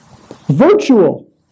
Virtual